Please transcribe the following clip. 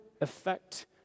effect